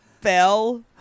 fell